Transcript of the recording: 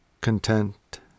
content